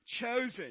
chosen